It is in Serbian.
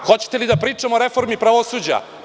Hoćete li da pričamo o reformi pravosuđa?